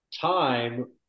time